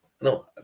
No